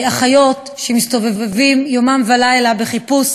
אחיות, שמסתובבים יומם ולילה בחיפוש